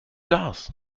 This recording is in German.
darß